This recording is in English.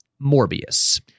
Morbius